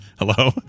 Hello